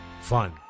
fun